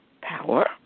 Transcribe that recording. power